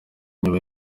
nyuma